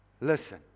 Listen